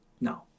No